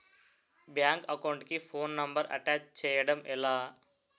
Bank account కి phone number attach చేయడం ఎలా?